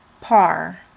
par